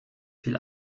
viel